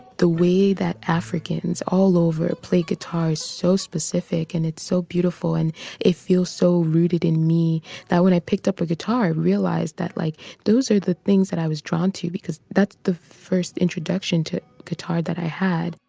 the way that africans all over play guitar is so specific and it's so beautiful and it feels so rooted in me that when i picked up a guitar i realized that like those are the things that i was drawn to because that's the first introduction to guitar that i had.